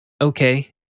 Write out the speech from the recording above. okay